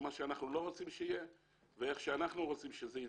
מה שאנחנו לא רוצים שיהיה ואיך שאנחנו רוצים שזה יתקיים.